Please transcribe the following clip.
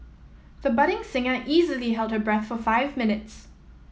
the budding singer easily held her breath for five minutes